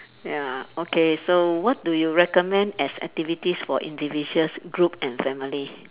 ya okay so what do you recommend as activities for individuals group and family